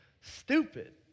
stupid